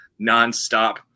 nonstop